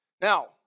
Now